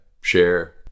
share